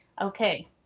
Okay